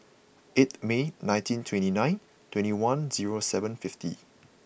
eighth May nineteen twenty nine twenty one zero seven fifty